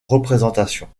représentations